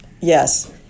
yes